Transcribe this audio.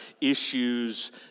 issues